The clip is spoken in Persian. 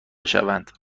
شوند